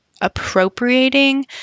appropriating